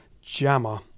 Jammer